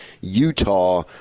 Utah